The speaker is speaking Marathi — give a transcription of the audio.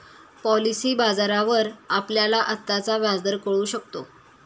पॉलिसी बाजारावर आपल्याला आत्ताचा व्याजदर कळू शकतो